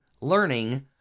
learning